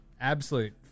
Absolute